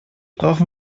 brauchen